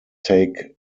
take